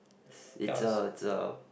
it's a it's a